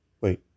Wait